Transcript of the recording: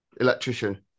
electrician